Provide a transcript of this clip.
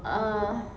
err